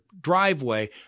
driveway